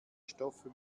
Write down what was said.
stoffe